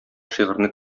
шигырьне